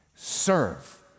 Serve